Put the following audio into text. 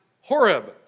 Horeb